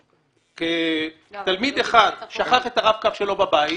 מוטען, תלמיד אחד שכח את הרב-קו שלו בבית,